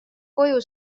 koju